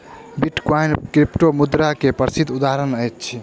bitcoin क्रिप्टोमुद्रा के प्रसिद्ध उदहारण अछि